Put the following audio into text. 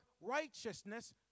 righteousness